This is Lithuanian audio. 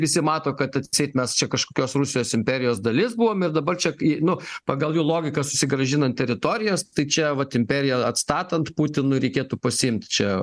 visi mato kad atseit mes čia kažkokios rusijos imperijos dalis buvom ir dabar čia kai nu pagal jų logiką susigrąžinant teritorijas tai čia vat imperiją atstatant putinui reikėtų pasiimt čia